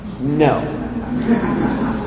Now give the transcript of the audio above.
no